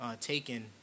taken